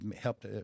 helped